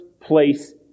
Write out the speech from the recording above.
place